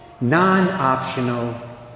non-optional